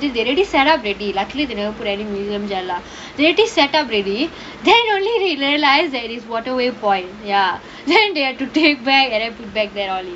they really set up already luckily they never put any mirugamjal lah they already set up already then only we realise that it is waterway point ya then they have to take back and then put back all